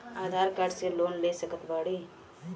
आधार card से loan ले सकत बणी?